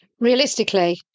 Realistically